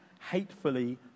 hatefully